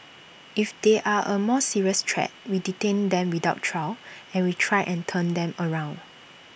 if they are A more serious threat we detain them without trial and we try and turn them around